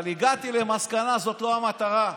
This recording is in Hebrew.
אבל הגעתי למסקנה שזאת לא המטרה.